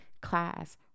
class